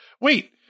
Wait